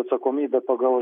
atsakomybė pagal